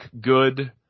good